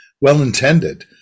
Well-intended